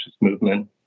movement